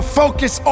focus